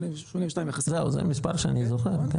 כן זה מספר שאני זוכר.